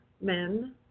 men